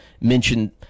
mentioned